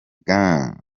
gang